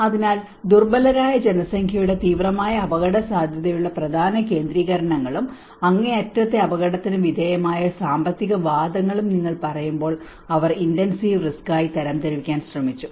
അതിനാൽ ദുർബലരായ ജനസംഖ്യയുടെ തീവ്രമായ അപകടസാധ്യതയുള്ള പ്രധാന കേന്ദ്രീകരണങ്ങളും അങ്ങേയറ്റത്തെ അപകടത്തിന് വിധേയമായ സാമ്പത്തിക വാദങ്ങളും നിങ്ങൾ പറയുമ്പോൾ അവർ ഇന്റെൻസീവ് റിസ്ക് ആയി തരംതിരിക്കാൻ ശ്രമിച്ചു